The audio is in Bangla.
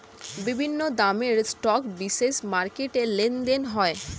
বিভিন্ন দামের স্টক বিশেষ মার্কেটে লেনদেন হয়